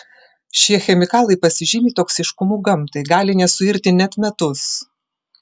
šie chemikalai pasižymi toksiškumu gamtai gali nesuirti net metus